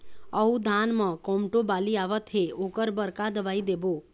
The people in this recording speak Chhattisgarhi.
अऊ धान म कोमटो बाली आवत हे ओकर बर का दवई देबो?